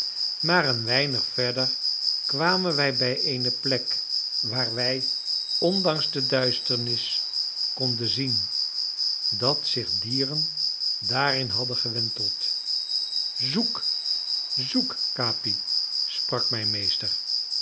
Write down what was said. maar een weinig verder kwamen wij bij eene plek waar wij ondanks de duisternis konden zien dat zich dieren daarin hadden gewenteld zoek zoek capi sprak mijn meester